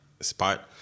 spot